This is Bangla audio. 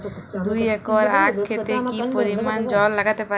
দুই একর আক ক্ষেতে কি পরিমান জল লাগতে পারে?